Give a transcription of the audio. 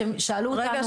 ששאלו אותנו.